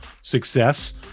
success